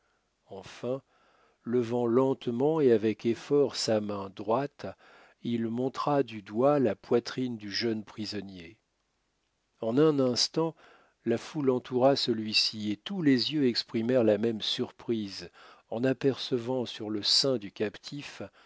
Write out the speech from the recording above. enfin levant lentement et avec effort sa main droite il montra du doigt la poitrine du jeune prisonnier en un instant la foule entoura celui-ci et tous les yeux exprimèrent la même surprise en apercevant sur le sein du captif